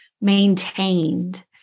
maintained